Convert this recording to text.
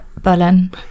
Berlin